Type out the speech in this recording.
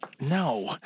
No